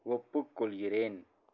ஒப்புக்கொள்கிறேன்